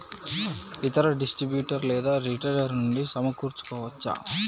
ఇతర డిస్ట్రిబ్యూటర్ లేదా రిటైలర్ నుండి సమకూర్చుకోవచ్చా?